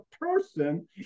person